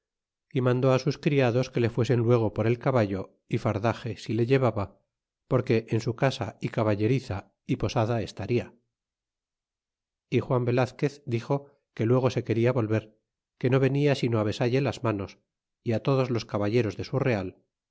y mandó sus criados que le fuesen luego por el caballo y fardaxe si le llevaba porque en su casa y caballeriza y posada estaria y juan velazquez dixo que luego se quería volver que no venia sino á besalle las manos y á todos los caballeros de su real